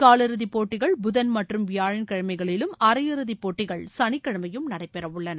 காலிறுதி போட்டிகள் புதன் மற்றும் வியாழன்கிழமைகளிலும் அரையிறுதி போட்டிகள் சனிக்கிழமையும் நடைபெறவுள்ளன